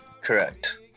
Correct